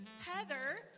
Heather